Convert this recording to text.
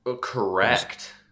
correct